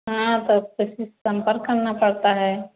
हाँ तौ किसी से संपर्क करना पड़ता है